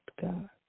God